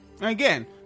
Again